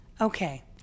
Okay